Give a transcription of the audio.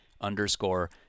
underscore